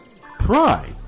pride